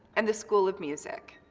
and the school of music.